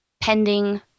pending